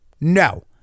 No